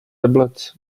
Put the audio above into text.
tablets